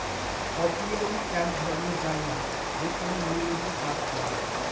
apiary এক ধরনের জায়গা যেখানে মৌমাছি চাষ করা হয়